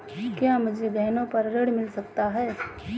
क्या मुझे गहनों पर ऋण मिल सकता है?